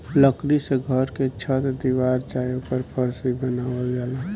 लकड़ी से घर के छत दीवार चाहे ओकर फर्स भी बनावल जाला